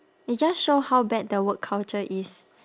it just show how bad the work culture is